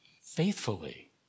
faithfully